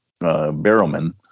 Barrowman